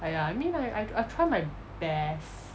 !aiya! I mean I I try my best